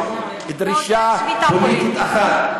דרישה פוליטית אחת.